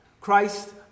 Christ